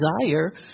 desire